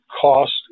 cost